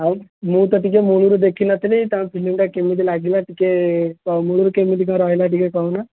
ଆଉ ମୁଁ ତ ଟିକିଏ ମୂଳରୁ ଦେଖିନଥିଲି ତା ଫିଲ୍ମଟା କେମିତି ଲାଗିଲା ଟିକେ ମୂଳରୁ କେମିତି କ'ଣ ରହିଲା ଟିକେ କହୁନା